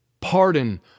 Pardon